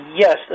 Yes